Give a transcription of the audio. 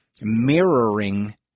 mirroring